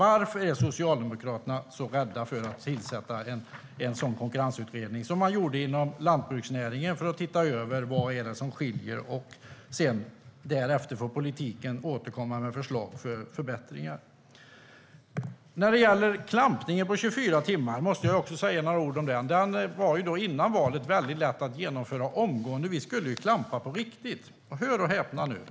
Varför är Socialdemokraterna så rädda för att tillsätta en sådan konkurrenskraftsutredning? Man tillsatte ju en sådan utredning inom lantbruksnäringen för att titta över vad det är som skiljer. Därefter får politiken återkomma med förslag till förbättringar. Klampningen på 24 timmar måste jag också säga några ord om. Det här var före valet väldigt lätt att genomföra omgående. Vi skulle klampa på riktigt. Men hör och häpna!